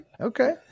Okay